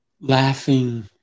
Laughing